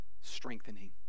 Strengthening